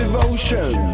Devotion